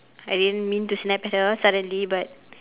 I didn't mean to snap at her suddenly but